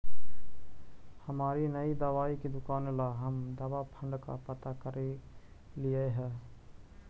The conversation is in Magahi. हमारी नई दवाई की दुकान ला हम दवा फण्ड का पता करलियई हे